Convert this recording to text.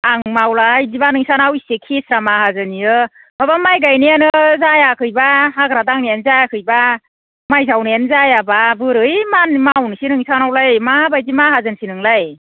आं मावलाहाय बिदिबा नोंसानाव एसे खेस्रा माहाजोन बेयो माबा माय गायनायानो जायाखैबा हाग्रा दांनायानो जायाखैबा माय जावनायानो जायाबा बोरै मा मावनोसै नोंसानावलाय माबायदि माहाजोनसै नोंलाय